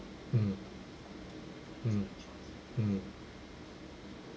mm mm mm